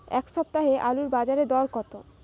এ সপ্তাহে আলুর বাজারে দর কত?